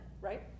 right